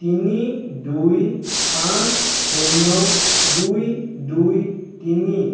তিনি দুই পাঁচ শূন্য দুই দুই তিনি